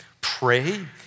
Pray